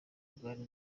bwari